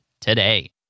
today